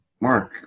Mark